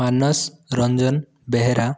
Manas Ranjan Behera